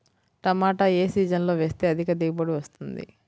టమాటా ఏ సీజన్లో వేస్తే అధిక దిగుబడి వస్తుంది?